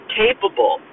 capable